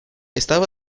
estaba